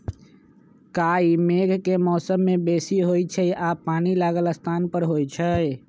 काई मेघ के मौसम में बेशी होइ छइ आऽ पानि लागल स्थान पर होइ छइ